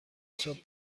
صبح